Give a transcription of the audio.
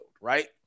right